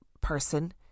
person